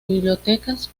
bibliotecas